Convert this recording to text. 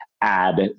add